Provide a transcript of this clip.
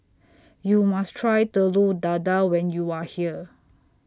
YOU must Try Telur Dadah when YOU Are here